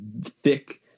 thick